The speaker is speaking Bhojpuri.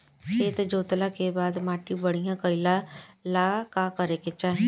खेत जोतला के बाद माटी बढ़िया कइला ला का करे के चाही?